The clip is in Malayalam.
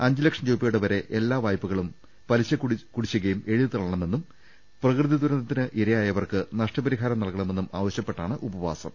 അഞ്ച് ലക്ഷം രൂപയുടെ എല്ലാ് വായ്പകളും പലിശക്കു ടിശ്ശികയും എഴുതിത്തള്ളണമെന്നും പ്രകൃതി ദുരന്തത്തിന് ഇരയാ യവർക്ക് നഷ്ടപരിഹാരം നൽകണ്മെന്നും ആവശ്യപ്പെട്ടാണ് ഉപ വാസം